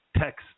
text